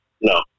No